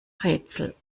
rätsel